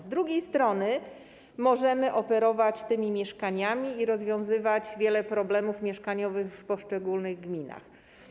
Z drugiej strony, możemy operować tymi mieszkaniami i rozwiązywać wiele problemów mieszkaniowych w poszczególnych gminach.